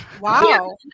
Wow